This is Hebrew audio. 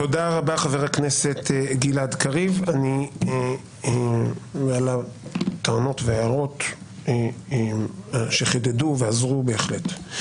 תודה רבה חבר הכנסת גלעד קריב על הטענות וההערות שבהחלט חידדו ועזרו.